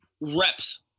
reps